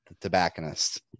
tobacconist